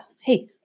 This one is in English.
hey